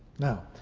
now,